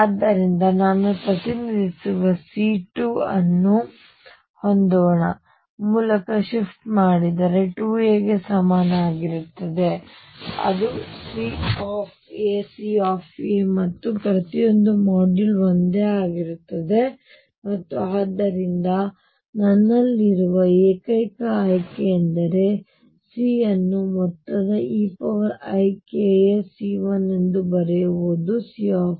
ಆದ್ದರಿಂದ ನಾನು ಪ್ರತಿನಿಧಿಸುವC2 ಅನ್ನು ಹೊಂದೋಣ C ಮೂಲಕ ಶಿಫ್ಟ್ ಮಾಡಿದರೆ 2 a ಗೆ ಸಮನಾಗಿರುತ್ತದೆ ಅದು CC ಮತ್ತು ಪ್ರತಿಯೊಂದರ ಮಾಡ್ಯೂಲ್ ಒಂದೇ ಆಗಿರುತ್ತದೆ ಮತ್ತು ಆದ್ದರಿಂದ ನನ್ನಲ್ಲಿರುವ ಏಕೈಕ ಆಯ್ಕೆಯೆಂದರೆ C ಅನ್ನು ಮೊತ್ತದ eika c 1 ಎಂದು ಬರೆಯುವುದು C